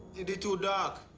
it did too dark.